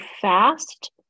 fast